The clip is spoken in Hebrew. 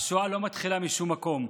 השואה לא מתחילה משום מקום,